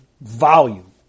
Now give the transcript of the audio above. volume